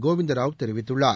கோவிந்தராவ் தெரிவித்துள்ளார்